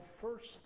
first